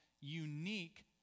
unique